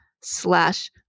slash